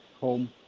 home